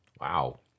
wow